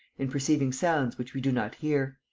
in perceiving sounds which we do not hear.